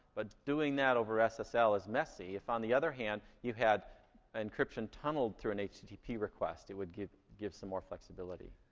but doing that over ah ssl is messy. if, on the other hand, you had an encryption tunneled through an http request, it would give give some more flexibility.